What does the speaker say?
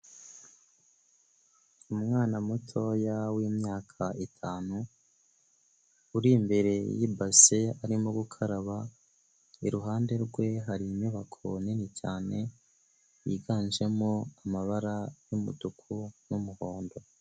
Umwana mutoya w'imyaka itanu, uri imbere y'ibase arimo gukaraba, iruhande rwe hari inyubako nini cyane yiganjemo amabara y'umutuku n'umuhondo.